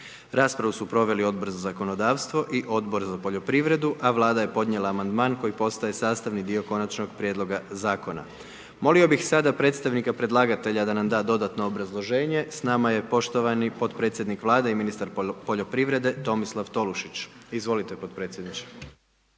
Raspravu su proveli Odbor za zakonodavstvo i Odbor za poljoprivredu, a Vlada je podnijela amandman koji postaje sastavni dio konačnog prijedloga zakona. Molio bih sada predstavnika predlagatelja da nam da dodatno obrazloženje, s nama je poštovani podpredsjednik Vlade i ministar poljoprivrede Tomislav Tolušić. Izvolite podpredsjedniče.